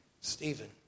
Stephen